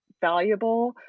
valuable